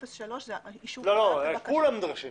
ברור.